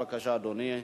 בבקשה, אדוני השר,